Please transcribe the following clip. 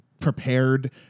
prepared